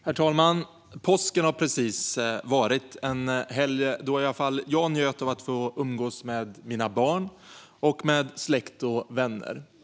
Herr talman! Det har precis varit påsk, en helg då i alla fall jag njöt av att få umgås med mina barn och med släkt och vänner.